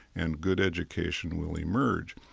and good education will emerge.